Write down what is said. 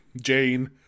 Jane